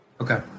Okay